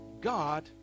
God